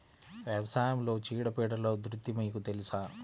వ్యవసాయంలో చీడపీడల ఉధృతి మీకు తెలుసా?